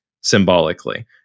symbolically